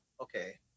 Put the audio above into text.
Okay